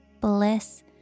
bliss